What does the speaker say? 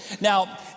now